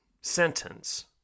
sentence